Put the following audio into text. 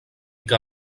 que